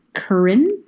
Corinne